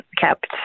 kept